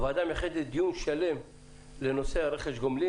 הוועדה מייחדת דיון שלם לנושא הרכש גומלין